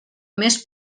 més